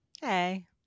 Hey